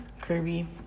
Kirby